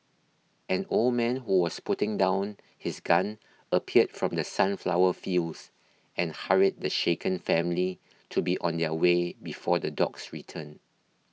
an old man who was putting down his gun appeared from the sunflower fields and hurried the shaken family to be on their way before the dogs return